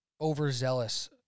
overzealous